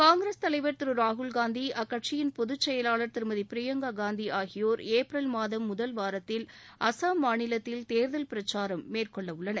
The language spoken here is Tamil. காங்கிரஸ் தலைவர் திரு ராகுல்காந்தி அக்கட்சியின் பொதுச்செயலாளர் திருமதி பிரியங்கா காந்தி ஆகியோர் ஏப்ரல் மாதம் முதல் வாரத்தில் அஸ்ஸாம் மாநிலத்தில் தேர்தல் பிரச்சாரம் மேற்கொள்ளவுள்ளனர்